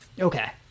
Okay